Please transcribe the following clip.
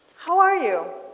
how are you?